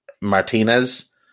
Martinez